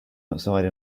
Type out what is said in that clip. outside